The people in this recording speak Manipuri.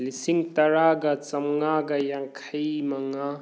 ꯂꯤꯁꯤꯡ ꯇꯔꯥꯒ ꯆꯥꯝꯃꯉꯥꯒ ꯌꯥꯡꯈꯩꯃꯉꯥ